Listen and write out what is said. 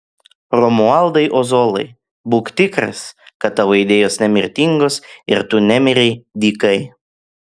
romualdai ozolai būk tikras kad tavo idėjos nemirtingos ir tu nemirei dykai